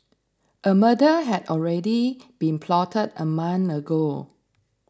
a murder had already been plotted a month ago